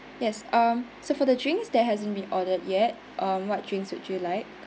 yes um so for the drinks that hasn't been ordered yet uh what drinks would you like